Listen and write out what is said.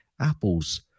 Apple's